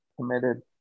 committed